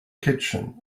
kitchen